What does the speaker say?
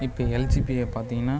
இப்போ எல்ஜிபியை பார்த்திங்கனா